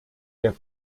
der